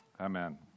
amen